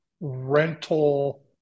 rental